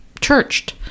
churched